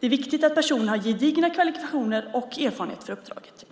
Det är viktigt att personen har gedigna kvalifikationer och erfarenheter för uppdraget.